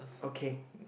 okay